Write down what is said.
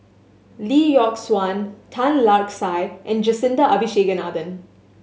Lee Yock Suan Tan Lark Sye and Jacintha Abisheganaden